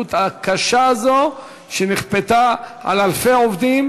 מהמציאות הקשה הזאת שנכפתה על אלפי עובדים,